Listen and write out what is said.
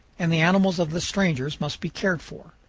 and the animals of the strangers must be cared for.